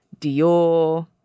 Dior